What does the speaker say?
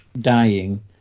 dying